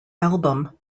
album